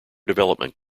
development